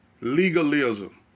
legalism